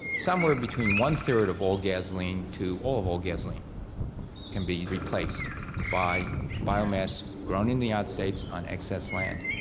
somewhere between one-third of all gasoline to all of all gasoline can be replaced by biomass grown in the united states on excess land.